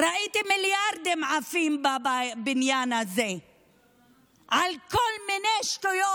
ראיתי מיליארדים עפים בבניין הזה על כל מיני שטויות.